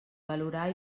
valorar